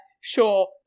sure